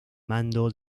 mando